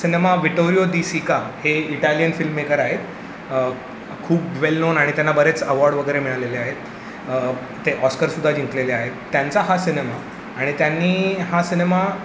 cinema Vittorio De Sica हे Italian filmmaker आहेत खूप वेल नोन आणि त्यांना बरेच अवॉर्ड वगैरे मिळालेले आहेत ते ऑस्करसुद्धा जिंकलेले आहेत त्यांचा हा सिनेमा त्यांनी हा सिनेमा